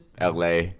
LA